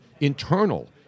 internal